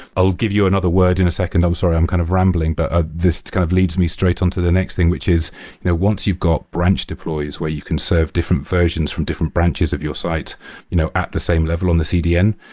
i'll give you another word in a second. i'm sorry. i'm kind of rambling, but ah this kind of leads me straight on to the next thing, which is you know once you've branch deploys where you can serve different versions from different branches of your sites you know at the same level on the cdn,